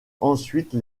ensuite